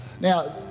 Now